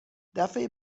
دفعه